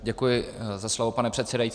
Děkuji za slovo, pane předsedající.